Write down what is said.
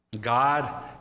God